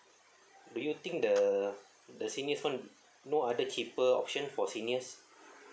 do you think the the seniors [one] no other cheaper option for seniors